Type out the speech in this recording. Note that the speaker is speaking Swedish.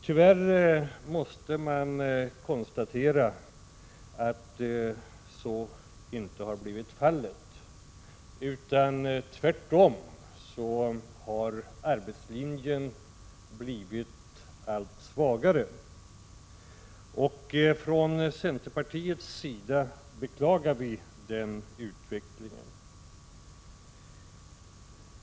Tyvärr måste man konstatera att så inte har blivit fallet. Tvärtom har arbetslinjen blivit allt svagare. Från centerpartiets sida beklagar vi den utvecklingen.